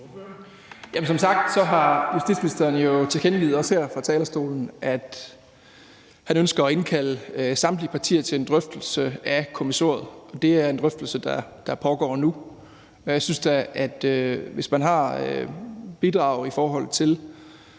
Som sagt har justitsministeren jo tilkendegivet, også her fra talerstolen, at han ønsker at indkalde samtlige partier til en drøftelse af kommissoriet. Det er en drøftelse, der pågår nu, og jeg synes da, at hvis man har bidrag i forhold til,